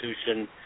institution